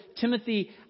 Timothy